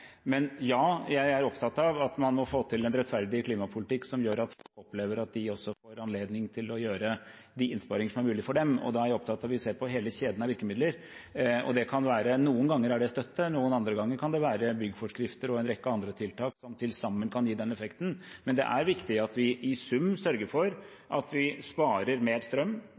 Men ja, jeg er opptatt av at man må få til en rettferdig klimapolitikk som gjør at folk opplever at de også får anledning til å gjøre de innsparinger som er mulig for dem. Da er jeg opptatt av at vi ser på hele kjeden av virkemidler. Noen ganger er det støtte, andre ganger kan det være byggeforskrifter og en rekke andre tiltak som til sammen kan gi den effekten, men det er viktig at vi i sum sørger for at vi sparer mer strøm.